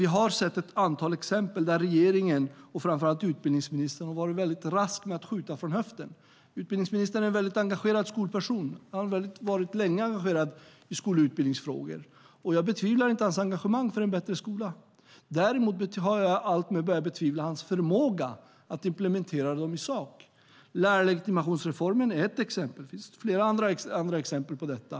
Vi har sett ett antal exempel där regeringen och framför allt utbildningsministern har varit mycket rask med att skjuta från höften. Utbildningsministern är en mycket engagerad skolperson. Han har mycket länge varit engagerad i skol och utbildningsfrågor. Jag betvivlar inte hans engagemang för en bättre skola. Däremot har jag alltmer börjat tvivla på hans förmåga att i sak implementera detta. Lärarlegitimationsreformen är ett exempel. Det finns andra exempel på detta.